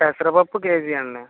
పెసరపప్పు కేజీ అండి